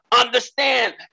understand